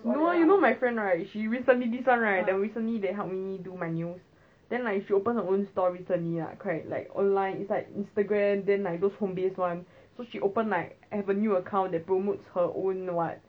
no you know you know my friend right she recently this one right the recently they helped me do my nails then like she open her own stall recently right like online is like instagram then like those home based [one] so she open like avenue account that promotes her own what